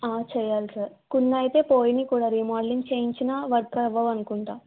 చేయాలి సార్ కొన్ని అయితే పోయినవి కూడా రిమోడలింగ్ చేయించిన వర్క్ అవ్వవు అనుకుంటా